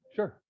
Sure